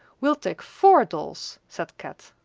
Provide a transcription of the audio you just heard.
we'll take four dolls, said kat.